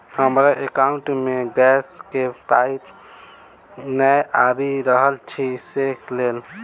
हमरा एकाउंट मे गैस केँ पाई नै आबि रहल छी सँ लेल?